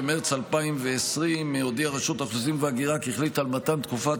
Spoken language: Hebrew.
במרץ 2020 הודיעה רשות האוכלוסין וההגירה כי החליטה על מתן תקופת